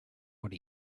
what